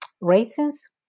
raisins